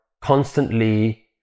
constantly